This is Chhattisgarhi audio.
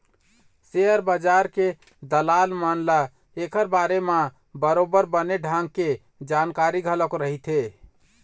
सेयर बजार के दलाल मन ल ऐखर बारे म बरोबर बने ढंग के जानकारी घलोक रहिथे